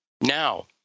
now